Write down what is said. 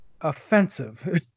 offensive